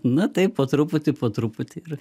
nu taip po truputį po truputį ir